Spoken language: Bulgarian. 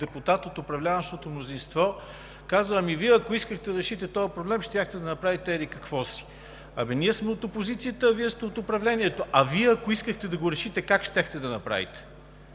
депутат от управляващото мнозинство казва: „Ами, Вие, ако искахте да решите този проблем, щяхте да направите еди-какво си“, затова взимам и репликата. Ние сме от опозицията, а Вие сте от управлението. А Вие, ако искахте да го решите, как щяхте да направите?!